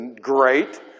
great